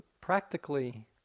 Practically